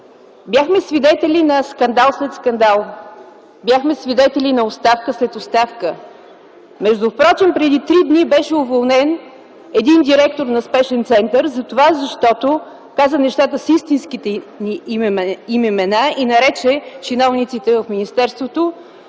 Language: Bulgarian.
Бяхме свидетели на скандал след скандал. Бяхме свидетели на оставка след оставка. Между другото преди три дни беше уволнен един директор на спешен център, защото каза нещата с истинските им имена и нарече чиновниците в министерството